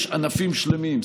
יש ענפים שלמים,